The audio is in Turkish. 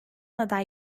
aday